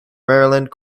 maryland